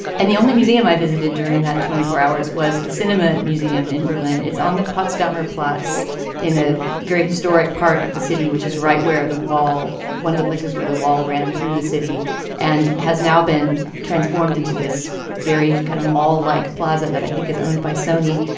and the only museum i visited during that twenty four hours was the cinema museum in berlin. it's on the potsdamer platz in a very historic part of the city, which is right where the wall, one of the places where the wall ran through the city and has now been transformed into this very kind of mall like plaza that i think is owned by sony.